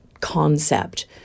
concept